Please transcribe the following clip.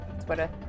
Twitter